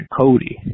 Cody